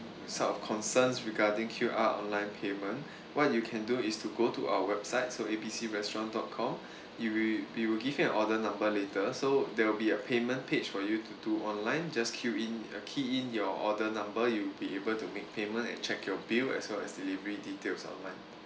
sort of concerns regarding Q_R online payment what you can do is to go to our website so A B C restaurant dot com you will we will give you an order number later so there will be a payment page for you to do online just queue in uh key in your order number you will be able to make payments and check your bill as well as delivery details online